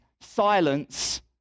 silence